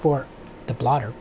for the blotter